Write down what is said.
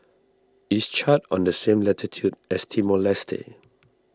is Chad on the same latitude as Timor Leste